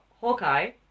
Hawkeye